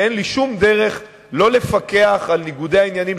שאין לי שום דרך לא לפקח על ניגודי העניינים